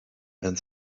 and